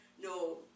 No